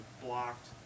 blocked